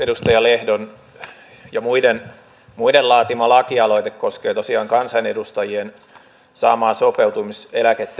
edustaja lehdon ja muiden laatima lakialoite koskee tosiaan kansanedustajien saamaa sopeutumiseläkettä